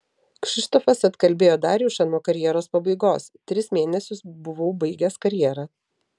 kšištofas atkalbėjo darjušą nuo karjeros pabaigos tris mėnesius buvau baigęs karjerą